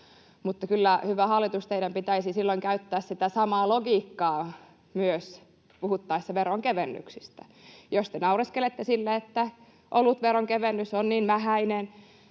mutta kyllä, hyvä hallitus, teidän pitäisi silloin käyttää sitä samaa logiikkaa myös puhuttaessa veronkevennyksistä. Jos te naureskelette sille, että olutveron kevennys on niin vähäinen